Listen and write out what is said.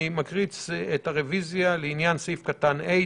אני מקריא את הרביזיה לעניין סעיף קטן (ה):